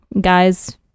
Guys